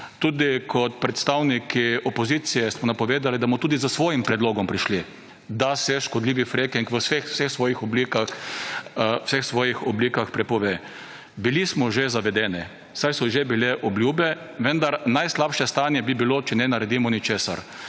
Tudi kot predstavniki opozicije smo napovedali, da bomo tudi s svojim predlogom prišli, da se škodljivi fracking v vseh svojih oblikah prepove. Bili smo že zavedeni, saj so že bile obljube, vendar najslabše stanje bi bilo, če ne naredimo ničesar.